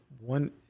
One